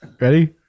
ready